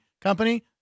company –